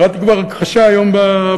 קראתי הכחשה של שר האוצר היום בעיתון,